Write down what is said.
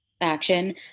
Action